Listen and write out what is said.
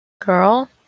Girl